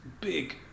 big